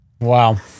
Wow